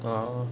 !wow!